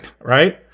right